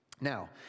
Now